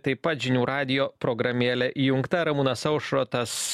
taip pat žinių radijo programėlė įjungta ramūnas aušrotas